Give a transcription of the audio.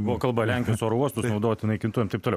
buvo kalba lenkijos oro uostus naudoti naikintuvam taip toliau